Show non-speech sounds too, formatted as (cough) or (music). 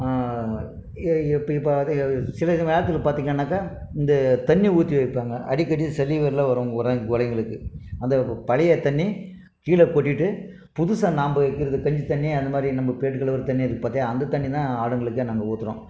எப்போவாது சில நேரத்துக்கு பார்த்திங்கனாக்கா இந்த தண்ணி ஊற்றி வைப்பாங்க அடிக்கடி சளிவல்லா வரும் (unintelligible) களுக்கு அந்த பழைய தண்ணி கீழே கொட்டிவிட்டு புதுசாக நாம் வைக்கிறது கஞ்சி தண்ணி அந்த மாதிரி நம்ம பேண்ட் கழுவுற தண்ணி இருக்கு பார்த்தியா அந்த தண்ணி தான் ஆடுகளுக்கு நாங்கள் ஊத்துறோம்